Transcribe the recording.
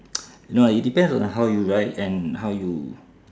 no lah it depends on how you ride and how you